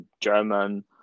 German